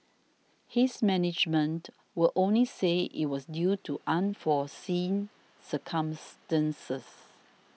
his management would only say it was due to unforeseen circumstances